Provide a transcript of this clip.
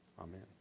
Amen